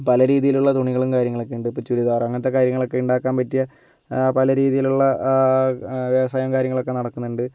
പല രീതിയിലുള്ള തുണികളും കാര്യങ്ങളൊക്കെയുണ്ട് ഇപ്പോൾ ചുരിദാർ അങ്ങനത്തെ കാര്യങ്ങളൊക്കെ ഉണ്ടാക്കാൻ പറ്റിയ പല രീതിയിലുള്ള വ്യവസായവും കാര്യങ്ങളൊക്കെ നടക്കുന്നുണ്ട്